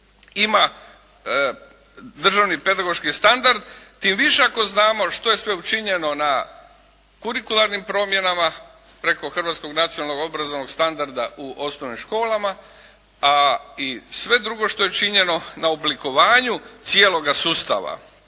ima Državni pedagoški standard, tim više ako znamo što je sve učinjeno na kurikularnim promjenama preko Hrvatskog nacionalnog obrazovnog standarda u osnovnim školama a i sve drugo što je činjeno na oblikovanju cijeloga sustava.